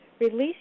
Release